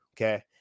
Okay